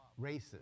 racist